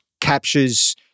captures